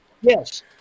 yes